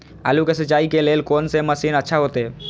आलू के सिंचाई के लेल कोन से मशीन अच्छा होते?